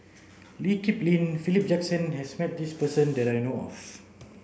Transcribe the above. Lee Kip Lin Philip Jackson has met this person that I know of